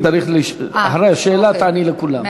אחרי השאלה תעני לכולם.